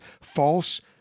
false